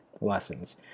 lessons